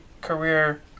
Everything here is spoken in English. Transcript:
career